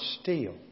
steal